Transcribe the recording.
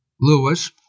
Lewis